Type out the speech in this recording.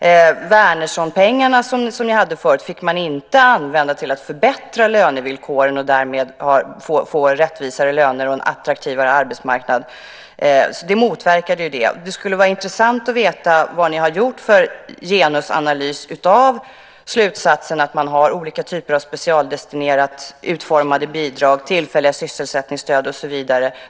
De Wärnerssonpengar som tidigare fanns fick man inte använda till att förbättra lönevillkoren för att därmed få rättvisare löner och en attraktivare arbetsmarknad. Det skulle vara intressant att få veta vilken genusanalys ni gjort av slutsatsen att man har olika typer av specialdestinerade bidrag, tillfälliga sysselsättningsstöd och så vidare.